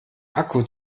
akku